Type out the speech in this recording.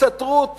הסתתרות